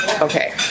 Okay